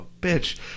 bitch